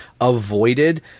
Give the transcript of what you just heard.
avoided